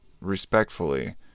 respectfully